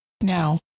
Now